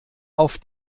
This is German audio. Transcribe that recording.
auf